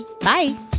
Bye